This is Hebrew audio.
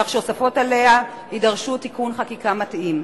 כך שהוספות עליה ידרשו תיקון חקיקה מתאים.